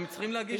הם צריכים להגיש.